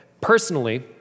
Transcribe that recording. Personally